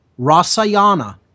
Rasayana